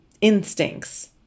instincts